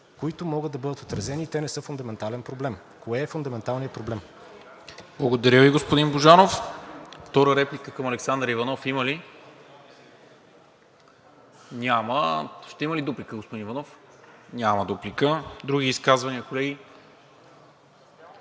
които могат да бъдат отразени, и те не са фундаментален проблем. Кое е фундаменталният проблем?